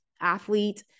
Athlete